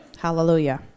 Hallelujah